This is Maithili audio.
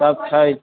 सब छै